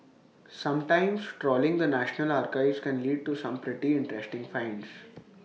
sometimes trawling the national archives can lead to some pretty interesting finds